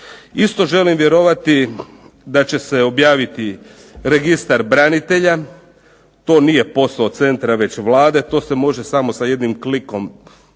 Isto želim vjerovati da će se objaviti registar branitelja. To nije posao centra već Vlade. To se može samo sa jednim klikom kada bi